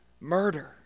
murder